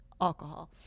alcohol